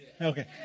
Okay